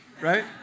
right